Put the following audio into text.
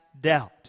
doubt